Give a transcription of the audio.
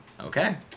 Okay